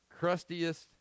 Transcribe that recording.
crustiest